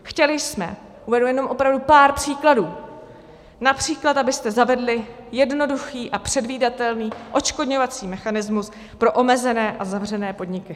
Chtěli jsme, uvedu jenom opravdu pár příkladů, například, abyste zavedli jednoduchý a předvídatelný odškodňovací mechanismus pro omezené a zavřené podniky.